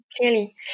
Clearly